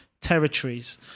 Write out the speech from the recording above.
territories